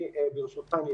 ברשותך,